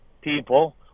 people